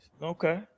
Okay